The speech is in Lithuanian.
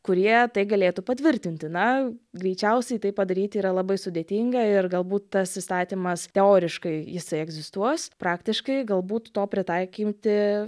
kurie tai galėtų patvirtinti na greičiausiai tai padaryti yra labai sudėtinga ir galbūt tas įstatymas teoriškai jisai egzistuos praktiškai galbūt to pritaikinti